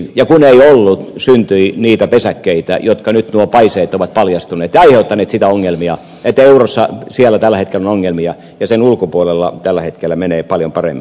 ja kun ei ollut syntyi niitä pesäkkeitä joissa nyt nuo paiseet ovat paljastuneet ja aiheuttaneet niitä ongelmia että eurossa tällä hetkellä on ongelmia ja sen ulkopuolella tällä hetkellä menee paljon paremmin